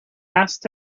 asked